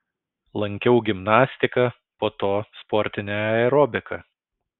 lankiau gimnastiką po to sportinę aerobiką